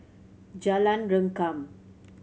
Jalan Rengkam